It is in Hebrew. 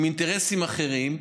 עם אינטרסים אחרים,